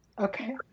Okay